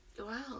Wow